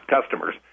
customers